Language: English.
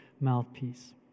mouthpiece